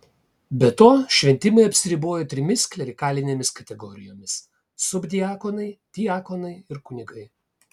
be to šventimai apsiribojo trimis klerikalinėmis kategorijomis subdiakonai diakonai ir kunigai